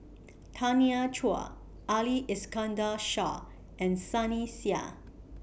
Tanya Chua Ali Iskandar Shah and Sunny Sia